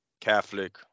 Catholic